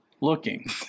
Looking